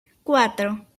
cuatro